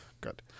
Good